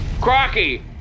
Crocky